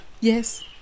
Yes